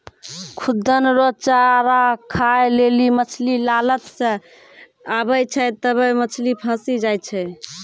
खुद्दन रो चारा खाय लेली मछली लालच से आबै छै तबै मछली फंसी जाय छै